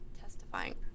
testifying